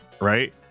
right